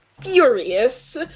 furious